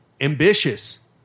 ambitious